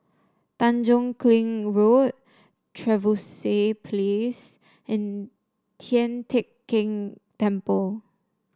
Tanjong Kling Road Trevose Place and Tian Teck Keng Temple